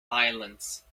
violence